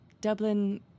Dublin